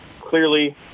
clearly